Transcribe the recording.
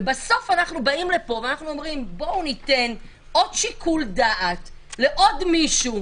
ובסוף אנחנו באים לפה ואומרים: בואו ניתן עוד שיקול דעת לעוד מישהו,